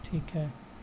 ٹھیک ہے